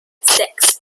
six